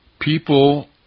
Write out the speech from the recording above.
people